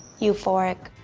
euphoric.